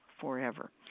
forever